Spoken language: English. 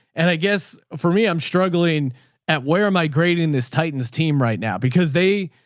and i guess for me, i'm struggling at where am i grading this titans team right now? because they,